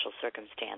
circumstance